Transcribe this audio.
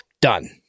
done